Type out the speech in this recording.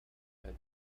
had